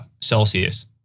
Celsius